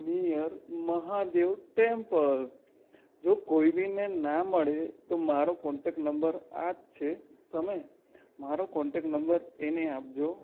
near Mahadev temple જો કોઈ બીને ના મળે તો મારો કોન્ટેક નંબર આજ છે તમે મારો કોન્ટેક નંબર એને આપજો